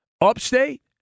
upstate